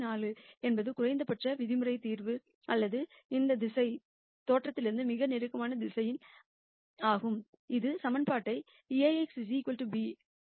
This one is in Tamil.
4 என்பது குறைந்தபட்ச விதிமுறை தீர்வு அல்லது இந்த வெக்டர் தோற்றத்திலிருந்து மிக நெருக்கமான வெக்டர் ஆகும் இது எனது சமன்பாட்டை A x b பூர்த்தி செய்கிறது